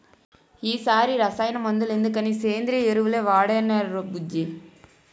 ఈ సారి రసాయన మందులెందుకని సేంద్రియ ఎరువులే వాడేనురా బుజ్జీ